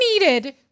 needed